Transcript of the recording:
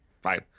fine